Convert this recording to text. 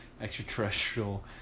extraterrestrial